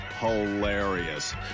hilarious